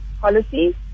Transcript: policy